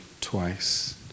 twice